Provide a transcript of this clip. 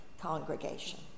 congregation